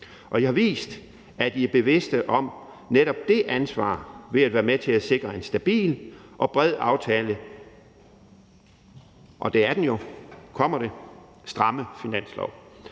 Og I har vist, at I er bevidste om netop det ansvar, ved at være med til at sikre en stabil og bred aftale om den – og nu kommer det, for det er den jo